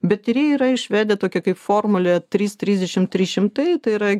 bet tyrėjai yra išvedę tokią kaip formulę trys trisdešimt trys šimtai tai yra